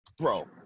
bro